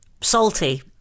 salty